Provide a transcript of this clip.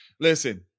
listen